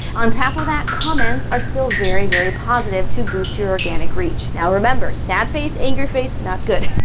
on top of that, comments are still very, very positive to boost your organic reach. now remember, sad face, angry face, not good